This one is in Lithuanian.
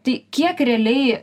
tai kiek realiai